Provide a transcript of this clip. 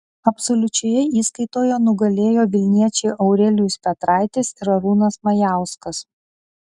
absoliučioje įskaitoje nugalėjo vilniečiai aurelijus petraitis ir arūnas majauskas